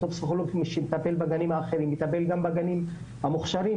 אותו פסיכולוג שמטפל בגנים אחרים יטפל גם בגנים המוכשרים,